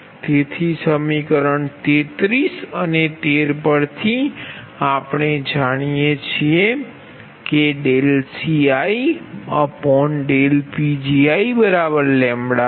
તેથી સમીકરણ 33 અને 13 પરથી આપણે જાણીએ છીએ કે CiPgiλ છે